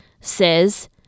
says